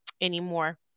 anymore